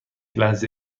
لحظه